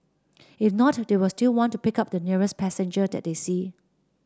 if not they will still want to pick up the nearest passenger that they see